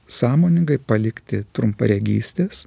sąmoningai palikti trumparegystės